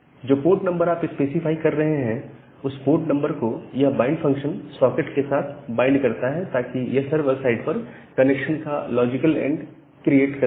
जो port number आप specify कर रहे हैं उस पोर्ट नंबर को यह बाइंड फंक्शन सॉकेट के साथ बाइंड करता है ताकि यह सर्वर साइड पर कनेक्शन का लॉजिकल एंड एंडक्रिएट कर सके